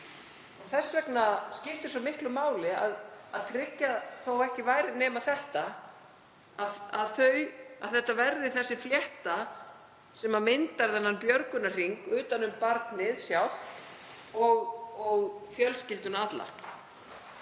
Þess vegna skiptir svo miklu máli að tryggja þó ekki væri nema þetta, þessa fléttu sem myndar björgunarhring utan um barnið sjálft og fjölskylduna alla.